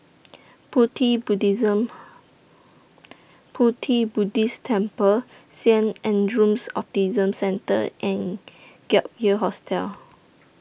Pu Ti Buddhist Temple Saint Andrew's Autism Centre and Gap Year Hostel